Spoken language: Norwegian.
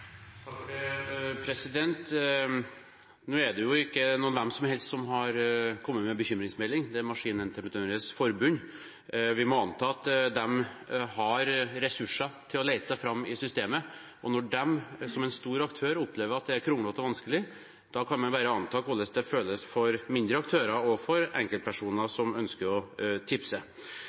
Nå er det ikke noen hvem som helst som har kommet med bekymringsmelding, det er Maskinentreprenørenes Forbund. Vi må anta at de har ressurser til å lete seg fram i systemet. Når de som en stor aktør opplever at det er kronglete og vanskelig, kan man bare anta hvordan det føles for mindre aktører og for enkeltpersoner som ønsker å tipse.